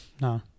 no